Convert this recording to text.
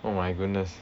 oh my goodness